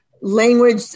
language